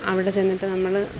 അവിടെ ചെന്നിട്ട് നമ്മൾ